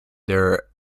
their